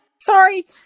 Sorry